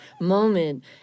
moment